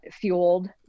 fueled